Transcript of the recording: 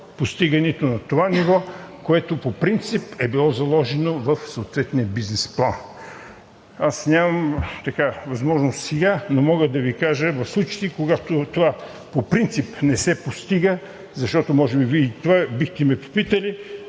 постигането на това ниво, което по принцип е било заложено в съответния бизнес план. Нямам възможност сега, но мога да Ви кажа случаите, когато това по принцип не се постига, защото може би и това бихте ме попитали